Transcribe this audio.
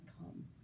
come